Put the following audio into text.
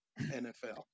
NFL